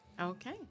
Okay